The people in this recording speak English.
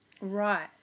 Right